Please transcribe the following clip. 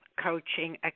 coaching